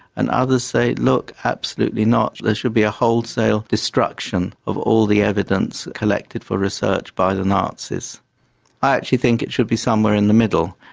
and others say look absolutely not, there should be a wholesale destruction of all the evidence collected for research by the nazis. i actually think it should be somewhere in the middle,